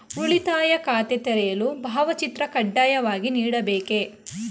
ಉಳಿತಾಯ ಖಾತೆ ತೆರೆಯಲು ಭಾವಚಿತ್ರ ಕಡ್ಡಾಯವಾಗಿ ನೀಡಬೇಕೇ?